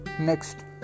Next